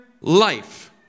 life